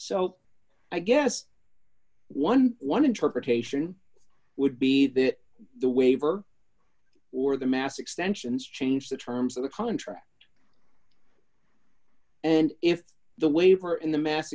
so i guess eleven interpretation would be that the waiver or the mass extensions changed the terms of the contract and if the waiver in the mass